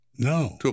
No